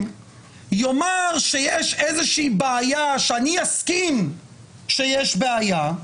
יאמר שיש איזושהי בעיה שאני אסכים שיש בעיה,